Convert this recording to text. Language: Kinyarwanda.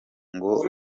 ngo